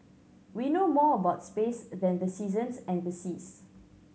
we know more about space than the seasons and the seas